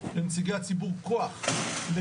אני פשוט לקחתי